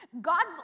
God's